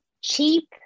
cheap